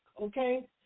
okay